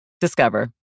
Discover